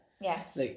Yes